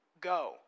go